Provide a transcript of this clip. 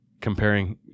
comparing